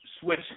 switch